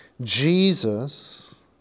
Jesus